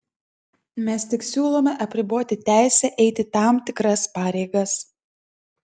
mes tik siūlome apriboti teisę eiti tam tikras pareigas